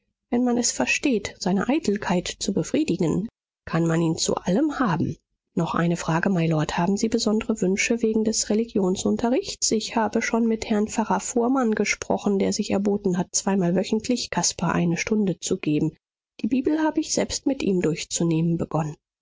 wenn man es versteht seine eitelkeit zu befriedigen kann man ihn zu allem haben noch eine frage mylord haben sie besondere wünsche wegen des religionsunterrichts ich habe schon mit herrn pfarrer fuhrmann gesprochen der sich erboten hat zweimal wöchentlich caspar eine stunde zu geben die bibel habe ich selbst mit ihm durchzunehmen begonnen